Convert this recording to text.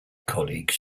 colleagues